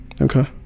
Okay